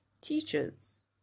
teachers